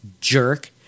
jerk